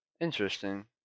Interesting